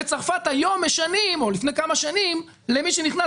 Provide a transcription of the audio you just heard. בצרפת היום או לפני כמה שנים משנים למי שנכנס